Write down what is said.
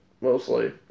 mostly